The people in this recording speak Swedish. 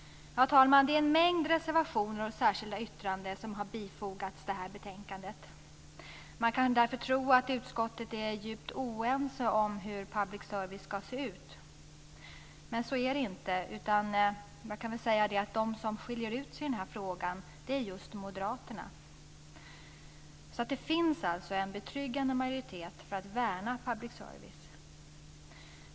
Herr talman! Det är en mängd reservationer och särskilda yttranden som har fogats till detta betänkande. Man kan därför tro att utskottet är djupt oense om hur public service ska se ut, men så är det inte. Man kan väl säga att de som skiljer ut sig i den här frågan är just moderaterna. Det finns alltså en betryggande majoritet för att värna public service.